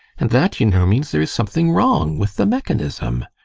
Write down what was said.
and that, you know, means there is something wrong with the mechanism.